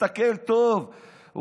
תסתכל טוב,